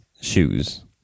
shoes